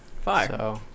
Fire